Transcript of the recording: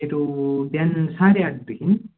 ए त्यो बिहान साढे आठदेखि